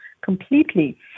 completely